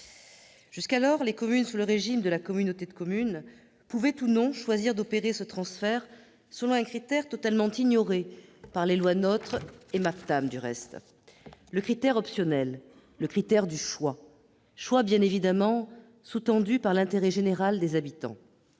Jusqu'à présent, les communes membres d'une communauté de communes pouvaient ou non choisir d'opérer ce transfert de compétences selon un critère totalement ignoré par les lois NOTRe et MAPTAM : le critère optionnel, le critère du choix, choix bien évidemment sous-tendu par l'intérêt général des habitants.